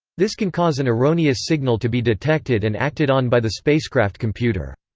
this can cause an erroneous signal to be detected and acted on by the spacecraft computer.